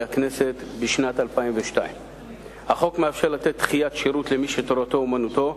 הכנסת בשנת 2002. החוק מאפשר לתת דחיית שירות למי שתורתו אומנותו,